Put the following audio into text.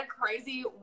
crazy